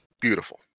beautiful